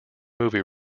movie